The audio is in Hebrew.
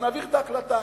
אז נעביר את ההחלטה.